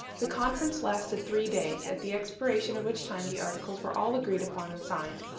the conference lasted three days, at the expiration of which time the articles were all agreed upon and signed.